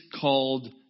called